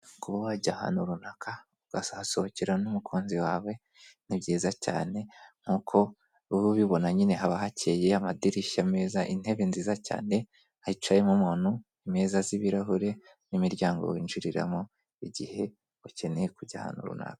Kuba wajya ahantu runaka ukazahasohokera n'umukunzi wawe ni byiza cyane nk'uko uba ubibona nyine haba hakeye, amadirishya meza, intebe nziza cyane hicayemo umuntu imeza z'ibirahure n'imiryango winjiriramo, igihe ukeneye ku kujya ahantu runaka.